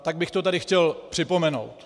Tak bych to tady chtěl připomenout.